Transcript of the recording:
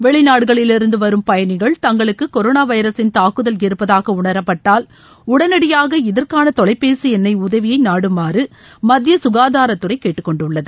வெளிநாடுகளிலிருந்து வரும் பயணிகள் தங்களுக்கு கொரளா வைரஸின் தாக்குதல் இருப்பதாக உணரப்பட்டால் உடனடியாக இதற்கான தொலைபேசி உதவியை நாடுமாறு மத்திய ககாதாரத்துறை கேட்டுக்கொண்டுள்ளது